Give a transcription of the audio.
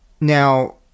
Now